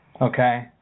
Okay